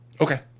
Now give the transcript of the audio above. okay